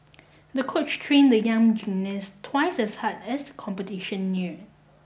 the coach trained the young gymnast twice as hard as the competition neared